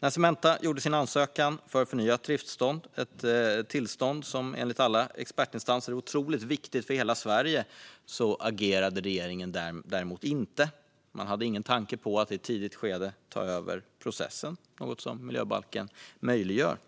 När Cementa gjorde sin ansökan om förnyat drifttillstånd, ett tillstånd som enligt alla expertinstanser är otroligt viktigt för hela Sverige, agerade regeringen däremot inte. Man hade ingen tanke på att i ett tidigt skede ta över processen, något som miljöbalken möjliggör.